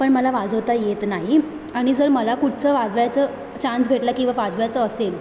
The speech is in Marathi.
पण मला वाजवता येत नाही आणि जर मला कुठचं वाजवायचं चान्स भेटला किंवा वाजवायचं असेल